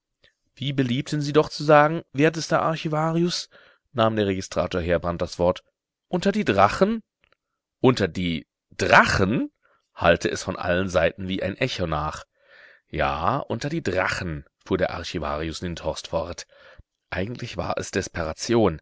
wie beliebten sie doch zu sagen wertester archivarius nahm der registrator heerbrand das wort unter die drachen unter die drachen hallte es von allen seiten wie ein echo nach ja unter die drachen fuhr der archivarius lindhorst fort eigentlich war es